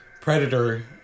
Predator